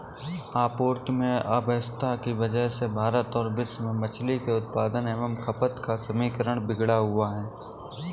आपूर्ति में अव्यवस्था की वजह से भारत और विश्व में मछली के उत्पादन एवं खपत का समीकरण बिगड़ा हुआ है